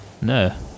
No